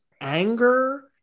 anger